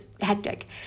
hectic